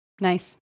Nice